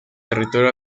territorio